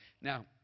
Now